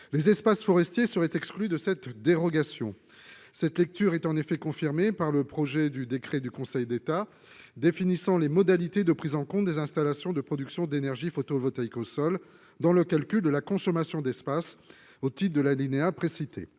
Les espaces forestiers seraient exclus de cette dérogation. Cette lecture est confirmée par le projet de décret du Conseil d'État définissant les modalités de prise en compte des installations de production d'énergie photovoltaïque au sol dans le calcul de la consommation d'espace au titre de l'alinéa précité.